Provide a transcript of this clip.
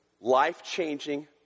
life-changing